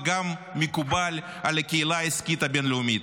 וגם מקובל על הקהילה העסקית הבין-לאומית,